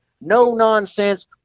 no-nonsense